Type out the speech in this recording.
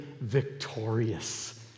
victorious